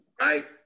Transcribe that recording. right